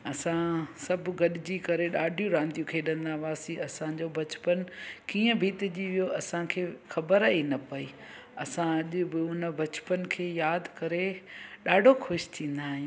असां सभु गॾजी करे ॾाढी रांदियूं खेॾंदा हुआसीं असांजो बचपन कीअं बितजी वियो असांखे ख़बर ई न पई असां अॼ बि हुन बचपन खे यादि करे ॾाढो ख़ुशि थींदा आहियूं